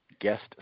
guest